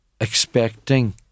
expecting